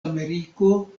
ameriko